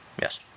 Yes